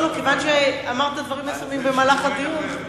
כיוון שאמרת דברים מסוימים במהלך הדיון.